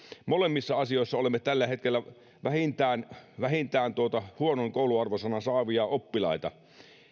molemmissa asioissa olemme tällä hetkellä vähintään vähintään huonon kouluarvosanan saavia oppilaita